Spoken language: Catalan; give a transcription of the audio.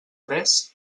tres